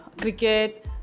cricket